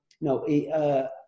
No